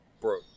broke